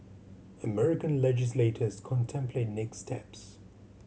American legislators contemplate next steps